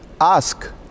Ask